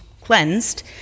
cleansed